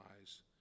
eyes